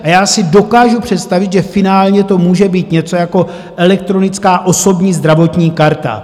Já si dokážu představit, že finálně to může být něco jako elektronická osobní zdravotní karta.